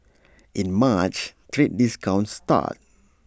in March trade discussions start